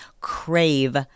crave